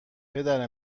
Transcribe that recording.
پدر